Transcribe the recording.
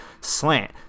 slant